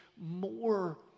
more